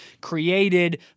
created